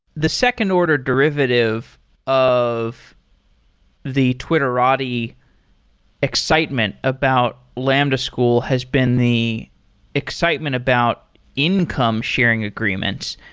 the second order derivative of the twitterati excitement about lambda school has been the excitement about income sharing agreements.